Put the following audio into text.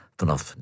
vanaf